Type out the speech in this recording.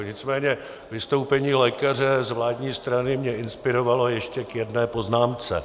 Nicméně vystoupení lékaře z vládní strany mě inspirovalo ještě k jedné poznámce.